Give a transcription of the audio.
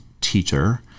teacher